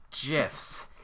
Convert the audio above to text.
gifs